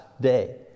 day